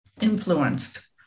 influenced